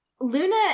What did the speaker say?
Luna